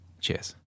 Cheers